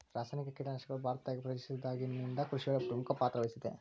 ರಾಸಾಯನಿಕ ಕೇಟನಾಶಕಗಳು ಭಾರತದಾಗ ಪರಿಚಯಸಿದಾಗನಿಂದ್ ಕೃಷಿಯೊಳಗ್ ಪ್ರಮುಖ ಪಾತ್ರವಹಿಸಿದೆ